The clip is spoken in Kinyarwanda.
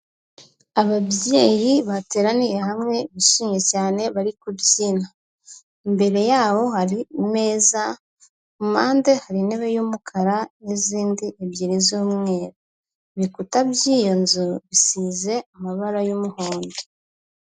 Ababyeyi bateraniye hamwe bishimye cyane bari kubyina, imbere yabo hari ameza, ku mpande hari intebe y'umukara n'izindi ebyiri z'umweru, ibikuta by'iyo nzu bisize amabara y'umuhondo.